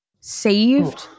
saved